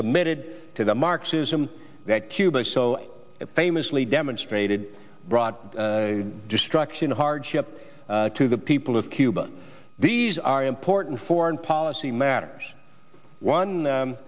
committed to the marxism that cuba so famously demonstrated brought destruction hardship to the people of cuba these are important foreign policy matters